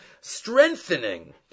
strengthening